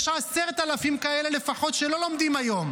יש 10,000 כאלה לפחות שלא לומדים היום,